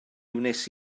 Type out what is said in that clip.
wnes